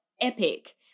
epic